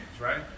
right